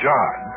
John